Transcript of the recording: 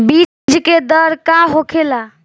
बीज के दर का होखेला?